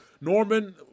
Norman